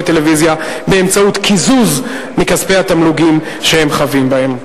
טלוויזיה באמצעות קיזוז מכספי התמלוגים שהם חבים בהם.